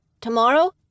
Tomorrow